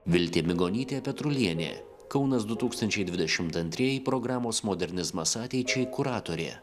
viltė migonytė petrulienė kaunas du tūkstančiai dvidešimt antrieji programos modernizmas ateičiai kuratorė